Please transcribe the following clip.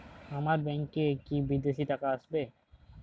আমার ব্যংকে কি বিদেশি টাকা আসবে?